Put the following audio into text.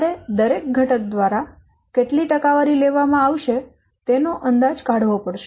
તમારે દરેક ઘટક દ્વારા કેટલી ટકાવારી લેવામાં આવશે તેનો અંદાજ કાઢવો પડશે